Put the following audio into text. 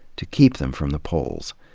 to keep them from the polls.